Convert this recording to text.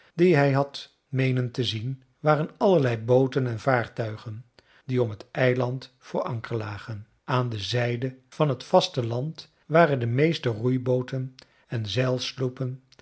die hij had meenen te zien waren allerlei booten en vaartuigen die om het eiland voor anker lagen aan de zijde van het vaste land waren de meeste roeibooten en